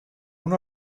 una